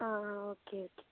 ആ ആ okay okay